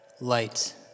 Light